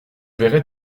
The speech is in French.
verrai